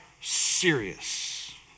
serious